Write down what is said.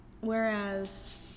Whereas